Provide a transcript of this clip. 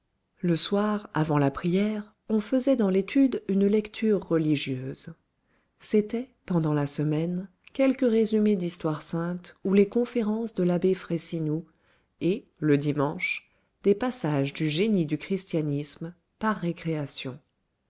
le soir avant la prière on faisait dans l'étude une lecture religieuse c'était pendant la semaine quelque résumé d'histoire sainte ou les conférences de l'abbé frayssinous et le dimanche des passages du génie du christianisme par récréation